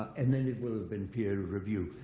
and then it will have been peer reviewed.